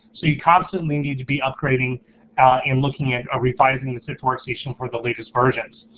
so you constantly need to be upgrading and looking at ah reviving the sift workstation for the latest versions.